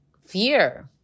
fear